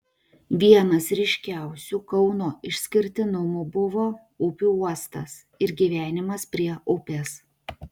vienas ryškiausių kauno išskirtinumų buvo upių uostas ir gyvenimas prie upės